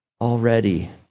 already